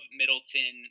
Middleton